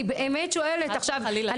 אני באמת שואלת עכשיו,